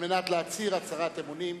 להצהיר הצהרת אמונים.